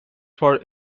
for